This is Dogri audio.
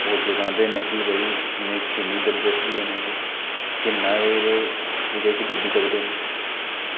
ओह् जगांदे न कि भाई इं'दे च किन्नी दिलचस्पी ऐ इ'नेंगी किन्ना एह् एह्दे एह्दे च डुब्बी सकदे न